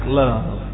love